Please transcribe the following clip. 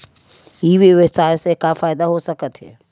ई व्यवसाय से का का फ़ायदा हो सकत हे?